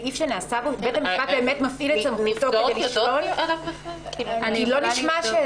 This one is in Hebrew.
בית המשפט באמת מפעיל את סמכותו כדי לשלול אפוטרופסות על פי סעיף 27?